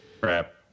crap